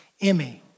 Emmy